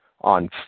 on